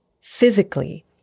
physically